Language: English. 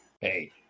hey